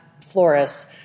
florists